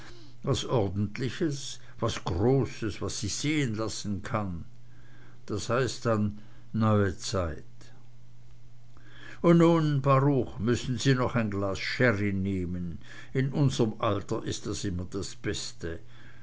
was ordentliches was großes was sich sehen lassen kann das heißt dann neue zeit und nun baruch müssen sie noch ein glas sherry nehmen in unserm alter ist das immer das beste